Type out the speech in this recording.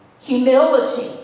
Humility